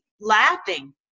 laughing